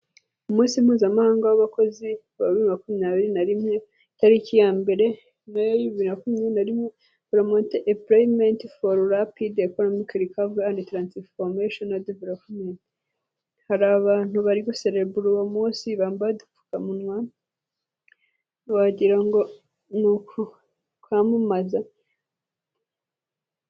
Umunsi mpuzamahanga w'abakozi wa makumyabiri na rimwe, itariki ya mbere na yo ya bibiri makumyabiri na rimwe, poromote emporoyimenti foru rapidi ekonomiki deveropumeti rikavari andi taransiforumashono deveropumenti. hari abantu bari guserebura uwo munsi bambaye udupfukamunwa wagira ngo ni ukwamamaza.